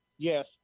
Yes